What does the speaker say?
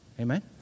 Amen